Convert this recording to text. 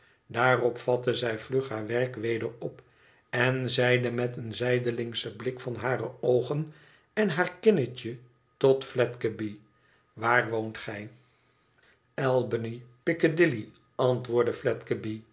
daarop vatte zij vlug haar werk weder op en zeide met een zijdelingschen blik van hare oogen en haar kinnetje tot fledgeby waar woont gij albany piccadilly antwoordde